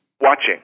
Watching